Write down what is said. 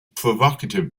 provocative